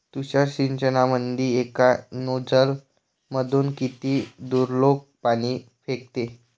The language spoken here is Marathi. तुषार सिंचनमंदी एका नोजल मधून किती दुरलोक पाणी फेकते?